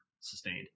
sustained